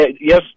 Yes